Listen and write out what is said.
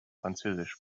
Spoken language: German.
französisch